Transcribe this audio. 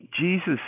jesus